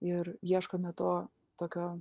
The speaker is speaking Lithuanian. ir ieškome to tokio